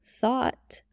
thought